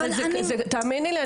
תאמיני לי,